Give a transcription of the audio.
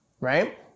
right